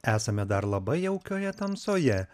esame dar labai jaukioje tamsoje